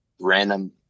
random